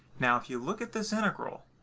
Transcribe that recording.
now if you look at this integral,